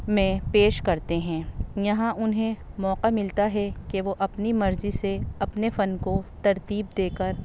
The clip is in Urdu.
میں پیش کرتے ہیں یہاں انہیں موقع ملتا ہے کہ وہ اپنی مرضی سے اپنے فن کو ترتیب دے کر